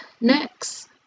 next